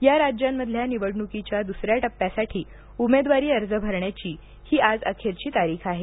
या राज्यांमधल्या निवडणुकीच्या दुसऱ्या टप्प्यासाठी उमेदवारी अर्ज भरण्याचीही आज अखेरची तारीख आहे